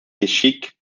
geschick